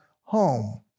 home